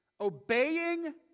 Obeying